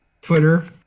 Twitter